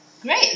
Great